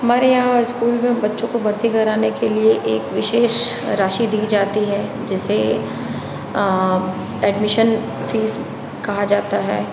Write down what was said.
हमारे यहाँ स्कूल में बच्चों को भर्ती कराने के लिए एक विशेष राशि दी जाती है जिसे एडमिशन फीस कहा जाता है